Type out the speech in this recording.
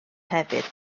hefyd